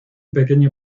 pequeño